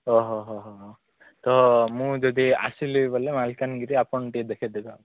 ଓହୋ ତ ମୁଁ ଯଦି ଆସିଲି ବୋଲେ ମାଲକାନଗିରି ଆପଣ ଟିକେ ଦେଖେଇ ଦେବେ ଆଉ